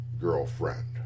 girlfriend